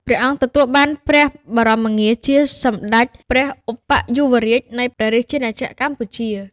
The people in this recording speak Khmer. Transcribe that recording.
ព្រះអង្គទទួលបានព្រះបមងារជា "សម្ដេចព្រះឧបយុវរាជនៃព្រះរាជាណាចក្រកម្ពុជា"។